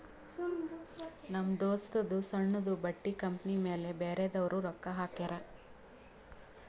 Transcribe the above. ನಮ್ ದೋಸ್ತದೂ ಸಣ್ಣುದು ಬಟ್ಟಿ ಕಂಪನಿ ಮ್ಯಾಲ ಬ್ಯಾರೆದವ್ರು ರೊಕ್ಕಾ ಹಾಕ್ಯಾರ್